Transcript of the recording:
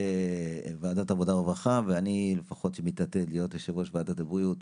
הכנסת אמיר אוחנה שר המשפטים יריב לוין שר משרד הבינוי